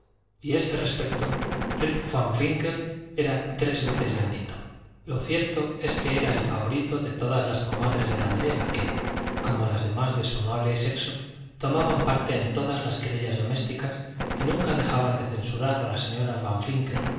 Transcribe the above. y a este respecto rip van winkle era tres veces bendito lo cierto es que era el favorito de todas las comadres de la aldea que como las demás de su amable sexo tomaban parte en todas las querellas domésticas y nunca dejaban de censurar a la señora van